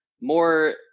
more